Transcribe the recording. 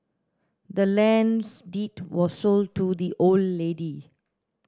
the land's deed was sold to the old lady